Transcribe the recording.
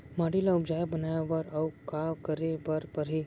माटी ल उपजाऊ बनाए बर अऊ का करे बर परही?